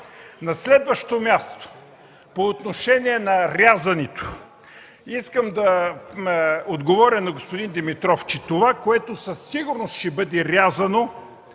На следващо място, по отношение на рязането. Искам да отговоря на господин Димитров, че това, което със сигурност ще бъде рязано,